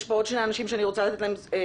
יש כאן עוד שני אנשים שאני רוצה לשמוע אותם.